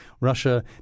Russia